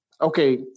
Okay